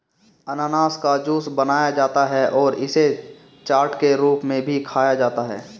अनन्नास का जूस बनाया जाता है और इसे चाट के रूप में भी खाया जाता है